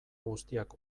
guztiak